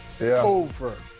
over